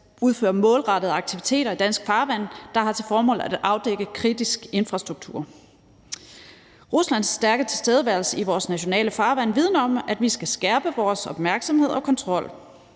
udfører målrettede aktiviteter i danske farvande, der har til formål at afdække kritisk infrastruktur. Ruslands stærke tilstedeværelse i vores nationale farvande vidner om, at vi skal skærpe vores opmærksomhed og kontrol.